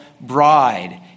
bride